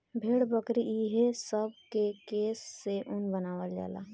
भेड़, बकरी ई हे सब के केश से ऊन बनावल जाला